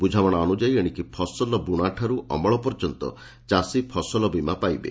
ବୁଝାମଣା ଅନୁଯାୟୀ ଏଶିକି ଫସଲ ବୁଣାଠାରୁ ଅମଳ ପର୍ଯ୍ୟନ୍ତ ଚାଷୀ ଫସଲ ବୀମା ପାଇବେ